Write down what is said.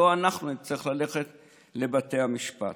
ולא נצטרך אנחנו ללכת לבתי המשפט.